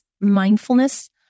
mindfulness